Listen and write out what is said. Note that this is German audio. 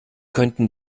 könnten